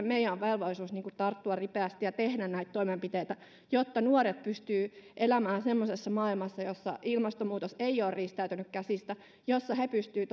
meillä on velvollisuus tarttua ripeästi ja tehdä niitä toimenpiteitä jotta nuoret pystyvät elämään semmoisessa maailmassa jossa ilmastonmuutos ei ole riistäytynyt käsistä jossa he pystyvät